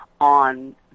on